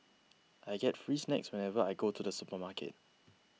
I get free snacks whenever I go to the supermarket